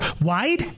wide